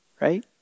Right